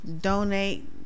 donate